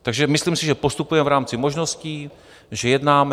Takže myslím si, že postupujeme v rámci možností, že jednáme.